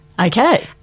Okay